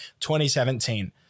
2017